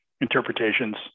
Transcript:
interpretations